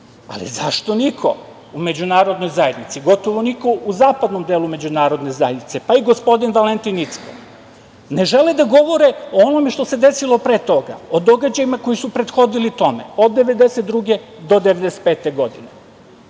ali zašto niko u međunarodnoj zajednici, gotovo niko u zapadnom delu međunarodne zajednice, pa i gospodin Valentin Icko, ne žele da govore o onome što se desilo pre toga, o događajima koji su prethodili tome od 1992. do 1995. godine.